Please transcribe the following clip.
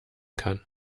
kann